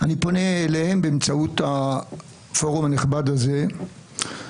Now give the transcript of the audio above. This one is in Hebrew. אני פונה אליהם באמצעות הפורום הנכבד הזה.